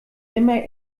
immer